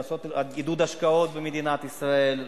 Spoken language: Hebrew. לעשות עידוד השקעות במדינת ישראל,